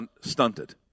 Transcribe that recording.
stunted